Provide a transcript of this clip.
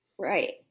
right